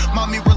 Mommy